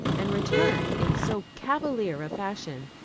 and returned in so cavalier a fashion.